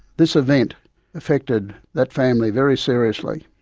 this event affected that family very seriously,